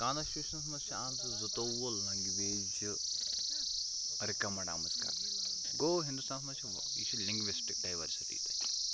کانَسٹیوٗشنَس منٛز چھِ آمژٕ زٕتووُہ لنٛگویجہٕ رِکَمنٛڈ آمٕژ کَرنہٕ گوٚو ہِندوستانَس منٛز چھِ وۄنۍ یہِ چھِ لِنٛگوِسٹک ڈایوَرسِٹی